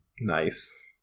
Nice